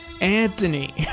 Anthony